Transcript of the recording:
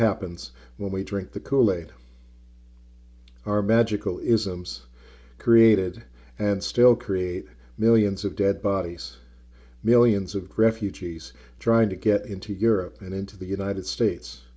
happens when we drink the kool aid our magical isms created and still create millions of dead bodies millions of refugees trying to get into europe and into the united states